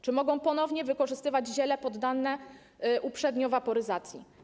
Czy mogą ponownie wykorzystywać ziele poddane uprzednio waporyzacji?